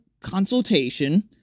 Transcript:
consultation